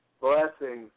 Blessings